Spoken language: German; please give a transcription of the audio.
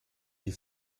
die